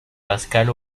pascal